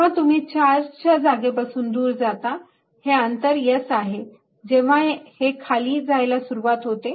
जेव्हा तुम्ही चार्ज च्या जागेपासून दूर जाता हे अंतर s आहे तेव्हा हे खाली जायला सुरूवात होते